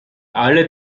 alle